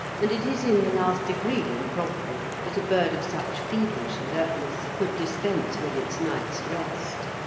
and it is in the last degree improbable that a bird of such feverish alertness could dispense with its night's rest.